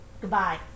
Goodbye